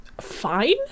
fine